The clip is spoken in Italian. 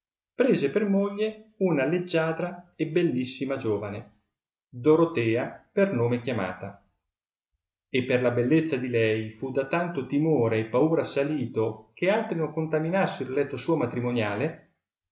prese per moglie una leggiadra e bellissima giovane doratea per nome chiamata e per la bellezza di lei fu da tanto timore e paura assalito che altri non contaminassero il letto suo matrimoniale